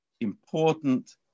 important